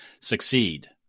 succeed